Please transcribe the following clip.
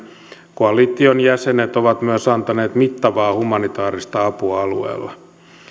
koalition jäsenet ovat myös antaneet mittavaa humanitaarista apua alueella